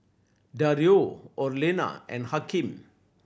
Dario Orlena and Hakeem